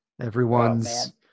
everyone's